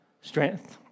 strength